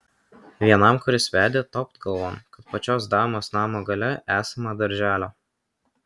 vienam kuris vedė topt galvon kad pačios damos namo gale esama darželio